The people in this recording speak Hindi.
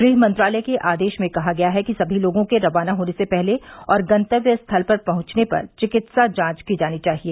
गृह मंत्रालय के आदेश में कहा गया है कि सभी लोगों के रवाना होने से पहले और गंतव्य स्थल पहुंचने पर चिकित्सा जांच की जानी चाहिए